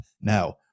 now